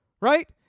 right